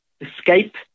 escape